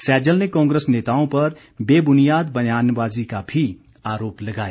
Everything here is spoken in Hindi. सैजल ने कांग्रेस नेताओं पर बेब्नियाद बयानबाजी का भी आरोप लगाया